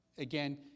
Again